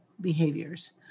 behaviors